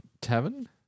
tavern